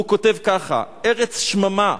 והוא כותב כך: "ארץ שממה,